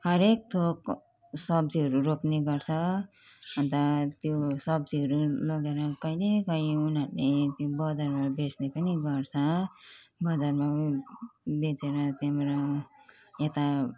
हरेक थोक सब्जीहरू रोप्ने गर्छ अन्त त्यो सब्जीहरू लगेर कहिले कहिले उनीहरूले त्यो बजारमा लगेर बेच्ने पनि गर्छ बजारमा बेचेर त्यहाँबाट यता